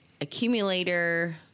Accumulator